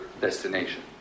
destination